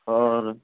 اور